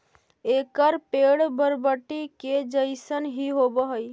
एकर पेड़ बरबटी के जईसन हीं होब हई